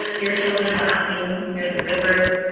hear children laughing, hear the river,